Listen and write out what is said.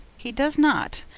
he does not,